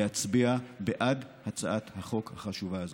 להצביע בעד הצעת החוק החשובה הזאת.